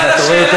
תענה על השאלה.